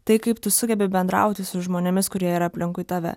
tai kaip tu sugebi bendrauti su žmonėmis kurie yra aplinkui tave